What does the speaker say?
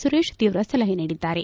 ಸುರೇಶ್ ತೀವ್ರ ಸಲಹೆ ನೀಡಿದ್ದಾರೆ